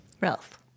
Ralph